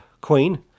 queen